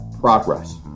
progress